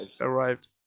arrived